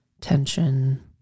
tension